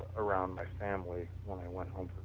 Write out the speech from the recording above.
around my family when i went home